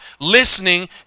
listening